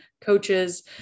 coaches